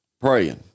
praying